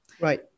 Right